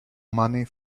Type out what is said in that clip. money